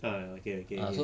ah okay okay okay